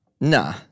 Nah